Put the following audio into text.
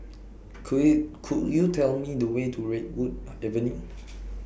Could YOU Could YOU Tell Me The Way to Redwood Avenue